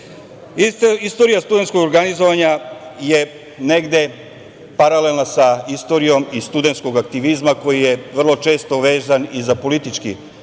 studentskog organizovanja je negde paralelna sa istorijom i studentskog aktivizma, koji je vrlo često vezan i za politički aktivizam